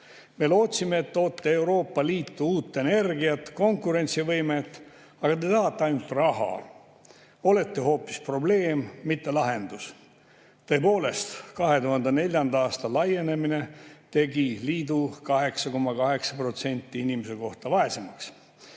"Me lootsime, et toote Euroopa Liitu uut energiat, konkurentsivõimet, aga te tahate ainult raha. Olete hoopis probleem, mitte lahendus." Tõepoolest, 2004. aasta laienemine tegi liidu 8,8% inimese kohta vaesemaks.